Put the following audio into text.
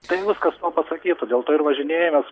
tai viskas tuo pasakyta dėl to ir važinėjimas